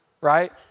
right